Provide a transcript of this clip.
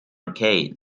okay